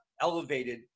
elevated